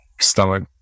stomach